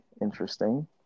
Interesting